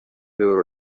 veure